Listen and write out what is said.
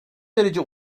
derece